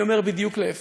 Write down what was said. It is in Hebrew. אני אומר בדיוק להפך.